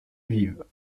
vives